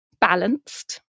balanced